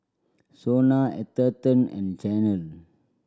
SONA Atherton and Chanel